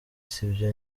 sibyo